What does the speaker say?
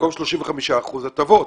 במקום 35 אחוזים הטבות.